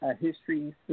history